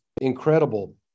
incredible